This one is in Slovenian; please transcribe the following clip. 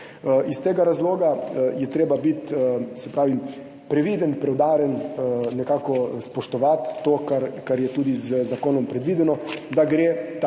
Iz tega razloga je treba biti previden, preudaren, nekako spoštovati to, kar je tudi z zakonom predvideno, da gre ta